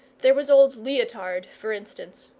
there was old leotard, for instance.